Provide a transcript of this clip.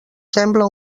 sembla